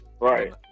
Right